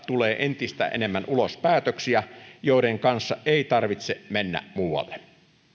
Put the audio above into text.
tulee entistä enemmän ulos päätöksiä joiden kanssa ei tarvitse mennä muualle